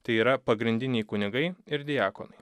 tai yra pagrindiniai kunigai ir diakonai